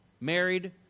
Married